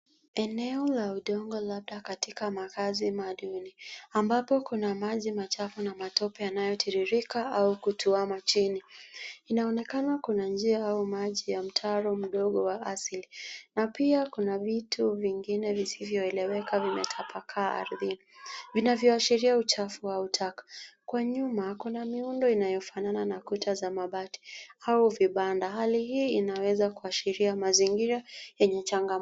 Eneo la udongo labda katika makazi madini ambapo kuna maji machafu na matope yanayotiririka au kutuama chini, inaonekana kuna njia au maji ya mtaro mdogo wa asili na pia kuna vitu vingine visivyoeleweka vimetapaka ardhini vinavyoashiria uchafu au taka, kwa nyuma kuna miundo inayofanana na kuta za mabati au vibanda hali hii inaweza kuashiria mazingira yenye changamoto.